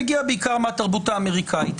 מגיע בעיקר מהתרבות האמריקאית.